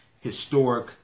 historic